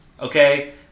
Okay